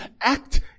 act